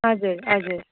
हजुर हजुर